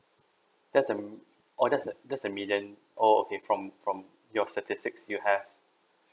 that's the m~ oh that's the that's the median oh okay from from your statistics you have